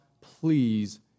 please